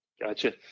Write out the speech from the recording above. Gotcha